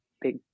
big